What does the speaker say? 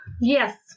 Yes